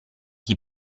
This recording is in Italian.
chi